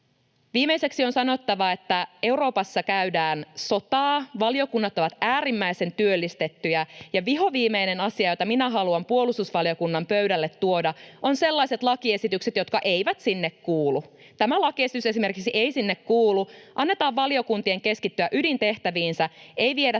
Viimeiseksi on sanottava, että Euroopassa käydään sotaa. Valiokunnat ovat äärimmäisen työllistettyjä, ja vihoviimeinen asia, jota minä haluan tuoda puolustusvaliokunnan pöydälle, on sellaiset lakiesitykset, jotka eivät sinne kuulu — esimerkiksi tämä lakiesitys ei sinne kuulu. Annetaan valiokuntien keskittyä ydintehtäviinsä. Ei viedä